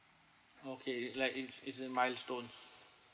okay it like it's it's a milestone